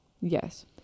Yes